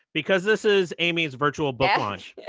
because this is amy's virtual book launch,